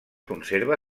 conserva